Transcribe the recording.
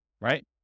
right